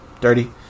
Dirty